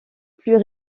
plus